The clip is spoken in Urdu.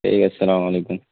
ٹھیک ہے السلام علیکم